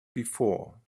before